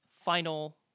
final